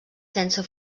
sense